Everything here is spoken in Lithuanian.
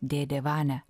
dėdė vania